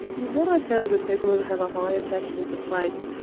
what i found with people who have a high attachment to place,